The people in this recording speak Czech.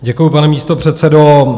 Děkuji, pane místopředsedo.